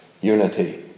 unity